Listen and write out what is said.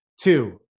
Two